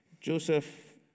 Joseph